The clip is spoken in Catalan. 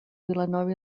vilanova